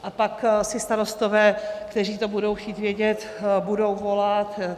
A pak si starostové, kteří to budou chtít vědět, budou volat.